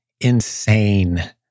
insane